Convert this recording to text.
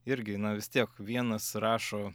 irgi na vis tiek vienas rašo